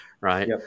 Right